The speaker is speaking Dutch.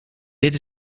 dit